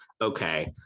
okay